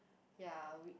ya we